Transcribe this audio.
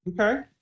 Okay